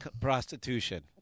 prostitution